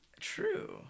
True